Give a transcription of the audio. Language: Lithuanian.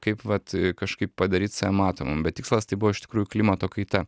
kaip vat kažkaip padaryt save matomam bet tikslas tai buvo iš tikrųjų klimato kaita